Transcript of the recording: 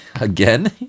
again